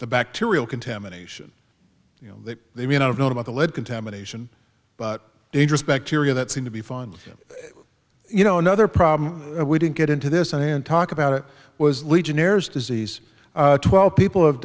the bacterial contamination that they may not have known about the lead contamination but dangerous bacteria that seem to be fine you know another problem we didn't get into this and talk about it was legionnaires disease twelve people have